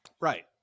Right